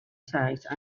size